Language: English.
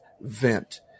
vent